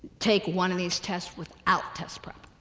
take one of these tests without test prep.